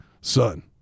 son